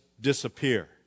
disappear